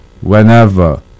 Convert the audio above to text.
whenever